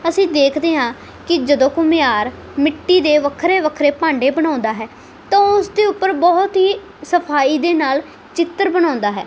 ਅਸੀਂ ਦੇਖਦੇ ਹਾਂ ਕਿ ਜਦੋਂ ਘੁਮਿਆਰ ਮਿੱਟੀ ਦੇ ਵੱਖਰੇ ਵੱਖਰੇ ਭਾਂਡੇ ਬਣਾਉਂਦਾ ਹੈ ਤਾਂ ਉਸਦੇ ਉੱਪਰ ਬਹੁਤ ਹੀ ਸਫਾਈ ਦੇ ਨਾਲ ਚਿੱਤਰ ਬਣਾਉਂਦਾ ਹੈ